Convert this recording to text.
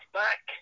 back